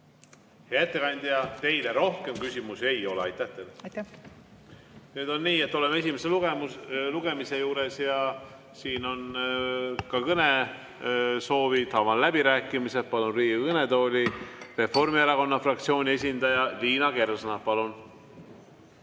ettekandja! Teile rohkem küsimusi ei ole. Aitäh teile! Nüüd on nii, et oleme esimese lugemise juures ja siin on ka kõnesoovid. Avan läbirääkimised. Palun Riigikogu kõnetooli Reformierakonna fraktsiooni esindaja Liina Kersna.